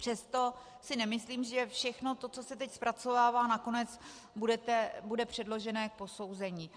Přesto si nemyslím, že všechno, co se teď zpracovává, nakonec bude předloženo k posouzení.